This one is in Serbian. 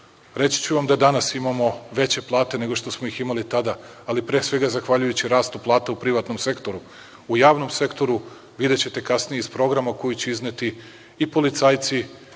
Reći ću vam da danas imamo veće plate nego što smo ih imali tada, ali pre svega zahvaljujući rastu plata u privatnom sektoru. U javnom sektoru, videćete kasnije iz programa koji ću izneti i policajci